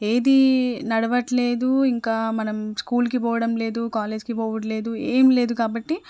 ఏది నడవట్లేదు ఇంకా మనం స్కూల్కి పోవడం లేదు కాలేజీకి పొవట్లేదు ఏం లేదు కాబట్టి